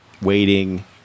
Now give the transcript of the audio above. waiting